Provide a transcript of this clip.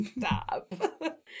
stop